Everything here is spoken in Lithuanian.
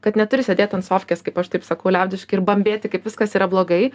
kad neturi sėdėti ant sofkės kaip aš taip sakau liaudiškai ir bambėti kaip viskas yra blogai